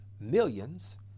millions